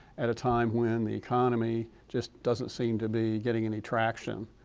at a time when the economy just doesn't seem to be getting any traction.